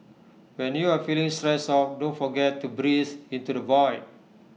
when you are feeling stressed out don't forget to breathe into the void